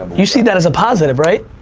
you see that as a positive, right?